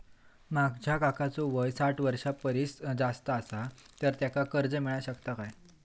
माझ्या काकांचो वय साठ वर्षां परिस जास्त आसा तर त्यांका कर्जा मेळाक शकतय काय?